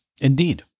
Indeed